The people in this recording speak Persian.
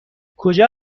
کجا